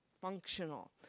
functional